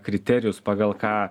kriterijus pagal ką